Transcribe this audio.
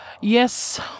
yes